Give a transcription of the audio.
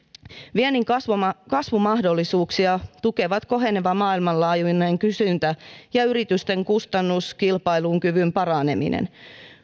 viennin kasvumahdollisuuksia tukevat koheneva maailmanlaajuinen kysyntä ja yritysten kustannuskilpailukyvyn paraneminen